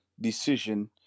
decision